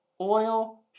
oil